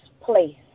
place